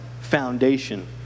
foundation